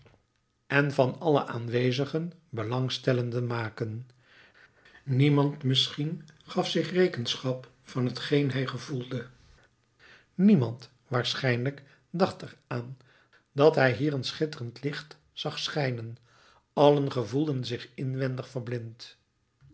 en van alle aanwezigen belangstellenden maken niemand misschien gaf zich rekenschap van t geen hij gevoelde niemand waarschijnlijk dacht er aan dat hij hier een schitterend licht zag schijnen allen gevoelden zich inwendig verblind